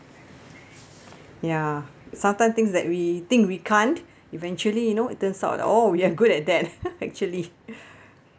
ya sometimes things that we think we can't eventually you know it turns out oh we are good at that actually